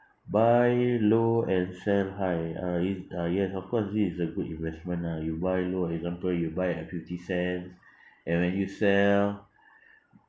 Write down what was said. buy low and sell high uh y~ uh yes of course this is a good investment lah you buy low for example you buy at fifty cents and when you sell